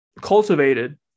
cultivated